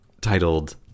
titled